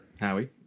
Howie